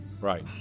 Right